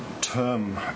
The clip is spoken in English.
term